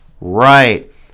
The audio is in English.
right